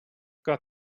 got